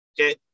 Okay